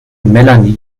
melanie